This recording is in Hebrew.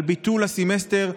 של ביטול הסמסטר.